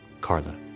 Carla